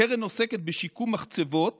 הקרן עוסקת בשיקום מחצבות